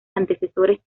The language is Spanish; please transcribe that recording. antecesores